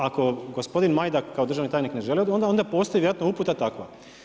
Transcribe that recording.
Ako gospodin Majdak kao državni tajnik ne želi, onda postoji vjerojatno uputa takva.